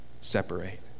separate